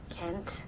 Kent